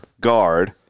guard